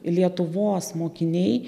lietuvos mokiniai